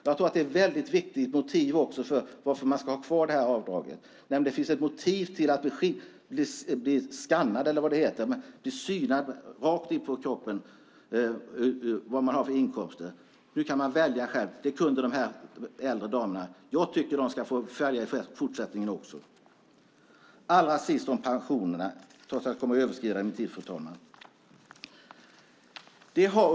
Jag tror att ett väldigt viktigt motiv för att ha kvar avdraget är just att man inte vill bli skannad, synad, in på bara kroppen när det gäller vilken inkomst man har. Nu kan man välja själv. Det kan de här äldre damerna. Jag tycker att de också i fortsättningen ska få välja. Allra sist vill jag säga några ord om pensionerna, även om jag, fru talman, överskrider talartiden.